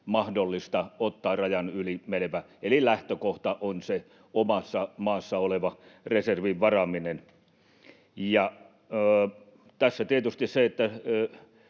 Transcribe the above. mahdollista ottaa rajan yli menevä, eli lähtökohta on omassa maassa olevan reservin varaaminen. Tässä tietysti me